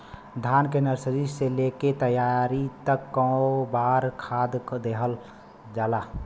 धान के नर्सरी से लेके तैयारी तक कौ बार खाद दहल जाला?